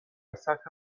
سطح